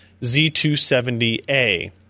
Z270A